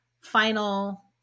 final